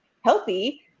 healthy